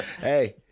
hey